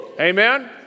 Amen